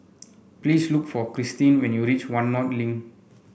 please look for Cristine when you reach One North Link